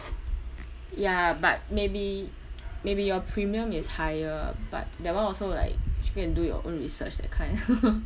ya but maybe maybe your premium is higher but that [one] also like you should go and do your own research that kind